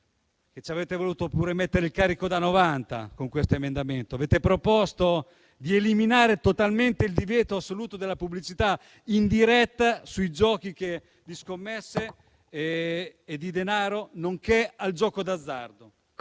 avete voluto mettere il carico da novanta con questo emendamento. Avete proposto di eliminare totalmente il divieto assoluto di pubblicità indiretta sui giochi che prevedono scommesse e uso di denaro, nonché sul gioco d'azzardo.